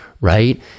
Right